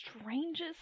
strangest